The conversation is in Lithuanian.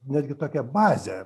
netgi tokią bazę